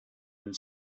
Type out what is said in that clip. and